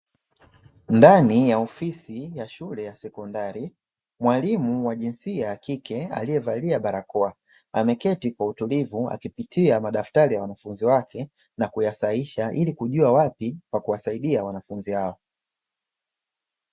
Ndani ya ofisi ya shule ya sekondari mwalimu wa jinsia ya kike aliyevalia barakoa ameketi kwa utulivu, akipitia madaftari ya wanafunzi wake na kuyasahihisha ili kujua wapi pa kuwasaidia wanafunzi hao.